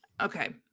Okay